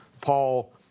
Paul